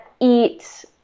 eat